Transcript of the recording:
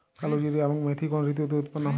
কালোজিরা এবং মেথি কোন ঋতুতে উৎপন্ন হয়?